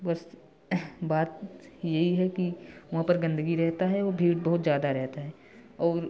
बस बात यही है कि वहाँ पर गंदगी रहता है और भीड़ बहुत ज़्यादा रहता है और